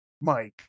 mike